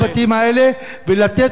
ולתת לחברת החשמל,